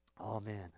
Amen